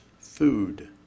food